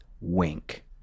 Wink